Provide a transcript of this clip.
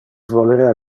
volerea